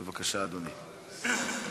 בבקשה, אדוני.